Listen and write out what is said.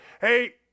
Hey